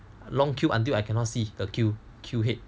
long queue until I cannot see the queue queue head